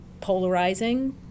polarizing